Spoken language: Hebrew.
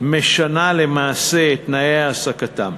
משנה למעשה את תנאי העסקתם.